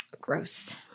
Gross